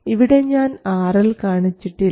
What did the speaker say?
ഇവിടെ ഞാൻ RL കാണിച്ചിട്ടില്ല